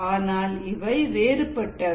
ஆனால் இவை வேறுபட்டவை